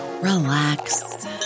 relax